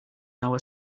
our